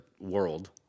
world